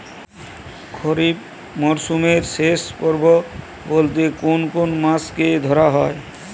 খরিপ মরসুমের শেষ পর্ব বলতে কোন কোন মাস কে ধরা হয়?